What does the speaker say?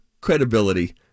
credibility